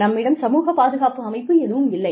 நம்மிடம் சமூகப் பாதுகாப்பு அமைப்பு எதுவும் இல்லை